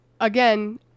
again